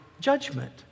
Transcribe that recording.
judgment